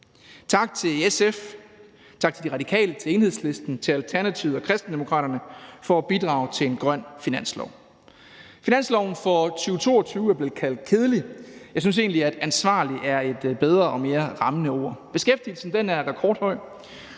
Tak til SF, tak til De Radikale, til Enhedslisten, til Alternativet og til Kristendemokraterne for at bidrage til en grøn finanslov. Finansloven for 2022 er blevet kaldt kedelig. Jeg synes egentlig, at ansvarlig er et bedre og mere rammende ord. Beskæftigelsen er rekordhøj.